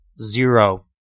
zero